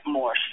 more